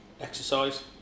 Exercise